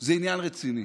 זה עניין רציני.